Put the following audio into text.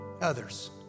others